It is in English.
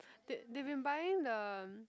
they they've been buying the